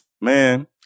man